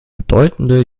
bedeutende